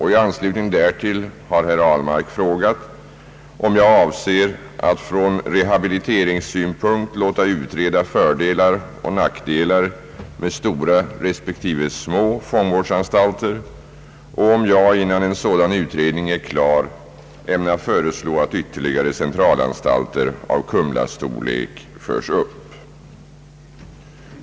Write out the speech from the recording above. I anslutning därtill har herr Ahlmark frågat mig om jag avser att från rehabiliteringssynpunkt låta utreda fördelar och nackdelar med stora resp. små fångvårdsanstalter och om jag, innan en sådan utredning är klar, ämnar föreslå att ytterligare centralanstalter av Kumla-storlek förs upp.